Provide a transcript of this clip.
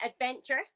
adventure